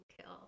kill